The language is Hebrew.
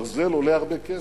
ברזל עולה הרבה כסף.